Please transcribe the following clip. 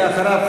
ואחריו,